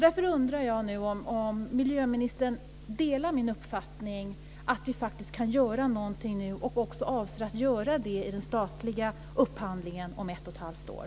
Därför undrar jag om miljöministern delar min uppfattning att vi kan göra någonting nu, och att vi faktiskt också avser att göra det i den statliga upphandlingen om ett och ett halvt år.